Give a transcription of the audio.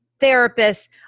therapists –